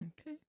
Okay